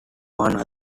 one